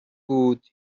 بود